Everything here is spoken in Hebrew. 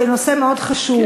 זה נושא מאוד חשוב.